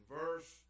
verse